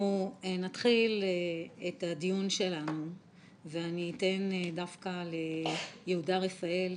אנחנו נתחיל את הדיון שלנו ואני אתן דווקא ליהודה רפאל,